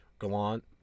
Gallant